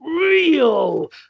real